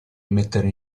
mettere